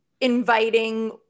inviting